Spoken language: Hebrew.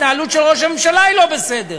ההתנהלות של ראש הממשלה היא לא בסדר.